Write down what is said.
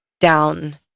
down